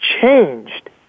changed